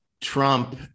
Trump